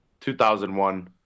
2001